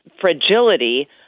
fragility